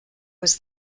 was